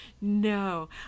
No